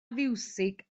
fiwsig